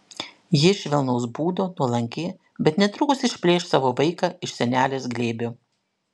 ji švelnaus būdo nuolanki bet netrukus išplėš savo vaiką iš senelės glėbio